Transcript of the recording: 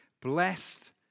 Blessed